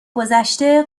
گذشته